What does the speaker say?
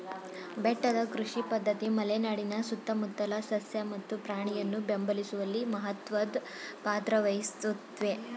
ಬೆಟ್ಟದ ಕೃಷಿ ಪದ್ಧತಿ ಮಲೆನಾಡಿನ ಸುತ್ತಮುತ್ತಲ ಸಸ್ಯ ಮತ್ತು ಪ್ರಾಣಿಯನ್ನು ಬೆಂಬಲಿಸುವಲ್ಲಿ ಮಹತ್ವದ್ ಪಾತ್ರ ವಹಿಸುತ್ವೆ